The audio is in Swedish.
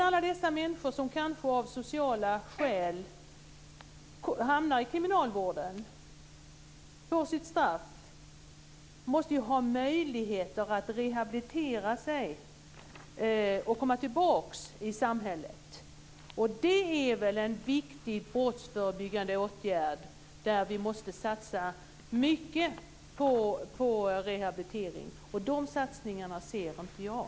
Alla de människor som, kanske av sociala skäl, hamnar i kriminalvården och får sitt straff måste ju ha möjligheter att rehabilitera sig och komma tillbaka i samhället. Det är väl en viktig brottsförebyggande åtgärd. Vi måste satsa mycket på rehabilitering, och de satsningarna ser inte jag.